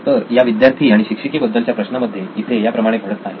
तर या विद्यार्थी आणि शिक्षिके बद्दलच्या प्रश्नामध्ये इथे या प्रमाणे घडत आहे